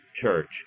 church